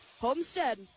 Homestead